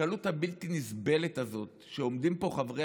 הקלות הבלתי-נסבלת הזאת שעומדים פה חברי